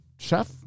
chef